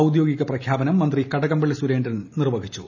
ഔദ്യോഗിക പ്രഖ്യാപനം മന്ത്രി കടകം പള്ളി സുരേന്ദ്രൻ നിർവഹിച്ചു